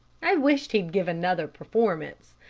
i wish he'd give another performance.